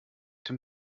dem